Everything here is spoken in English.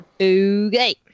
okay